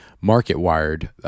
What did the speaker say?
market-wired